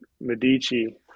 Medici